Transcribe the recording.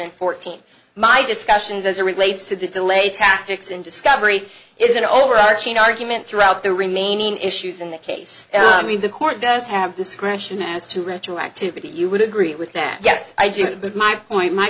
and fourteen my discussions as a relates to the delay tactics in discovery is an overarching argument throughout the remaining issues in that case i mean the court does have discretion as to ritual activity you would agree with that yes i do but my point my